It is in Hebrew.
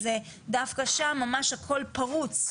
אז דווקא שם ממש הכל פרוץ.